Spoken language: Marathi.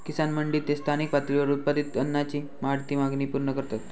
किसान मंडी ते स्थानिक पातळीवर उत्पादित अन्नाची वाढती मागणी पूर्ण करतत